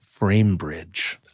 FrameBridge